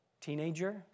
Teenager